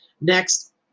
Next